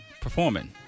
Performing